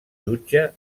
jutge